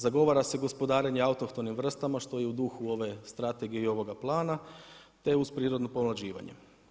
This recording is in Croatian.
Zagovara se gospodarenje autohtonim vrstama što je u duhu ove strategije i ovoga plana, te uz prirodno pomlađivanje.